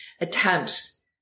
attempts